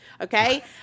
okay